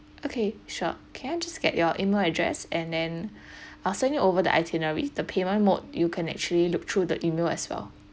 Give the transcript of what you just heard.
okay sure can I just get your email address and then iIll send you over the itinerary the payment mode you can actually look through the email as well